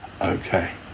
Okay